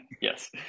Yes